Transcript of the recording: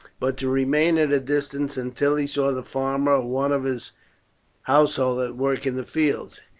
but to remain at a distance until he saw the farmer or one of his household at work in the fields.